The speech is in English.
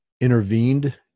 intervened